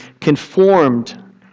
conformed